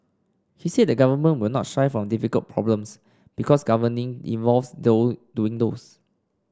he said the government will not shy from difficult problems because governing involves doing those